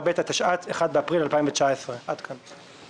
ב' התשע"ט (1 באפריל 2019). עד כאן.